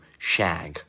shag